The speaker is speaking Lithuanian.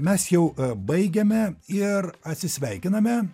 mes jau baigiame ir atsisveikiname